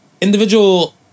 Individual